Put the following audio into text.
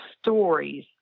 stories